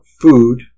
food